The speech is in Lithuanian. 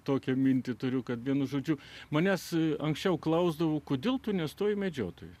tokią mintį turiu kad vienu žodžiu manęs anksčiau klausdavau kodėl tu nestoji medžiotojai